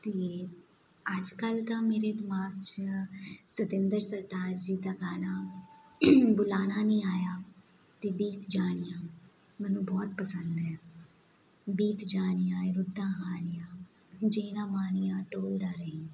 ਅਤੇ ਅੱਜ ਕੱਲ ਤਾਂ ਮੇਰੇ ਦਿਮਾਗ਼ 'ਚ ਸਤਿੰਦਰ ਸਰਤਾਜ ਜੀ ਦਾ ਗਾਣਾ ਬੁਲਾਣਾ ਨੀ ਆਇਆ ਅਤੇ ਬੀਤ ਜਾਣੀਆਂ ਮੈਨੂੰ ਬਹੁਤ ਪਸੰਦ ਹੈ ਬੀਤ ਜਾਣੀਆਂ ਇਹ ਰੁੱਤਾਂ ਹਾਣੀਆਂ ਜੇ ਨਾ ਮਾਣੀਆਂ ਟੋਲਦਾ ਰਹੀਂ